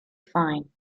fine